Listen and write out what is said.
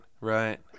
right